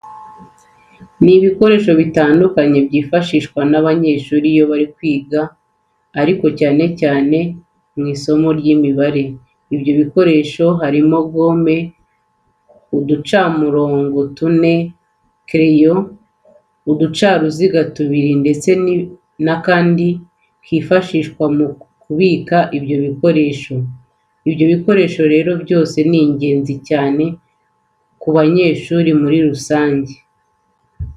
Ni ibikoresho bitandukanye byifashishwa n'abanyeshuri iyo bari kwiga ariko cyane cyane mu isimo ry'Imibare. Ibyo bikoresho birimo gome, uducamirongo tune, kereyo, uducaruziga tubiri ndetse n'akandi kifashishwa mu kubika ibyo bikoresho. Ibyo bikoresho rero byose ni ingenzi cyane ku banyeshuri muri rusange.